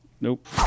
Nope